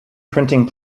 printing